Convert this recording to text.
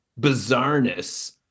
bizarreness